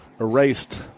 erased